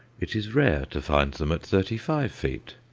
it is rare to find them at thirty-five feet,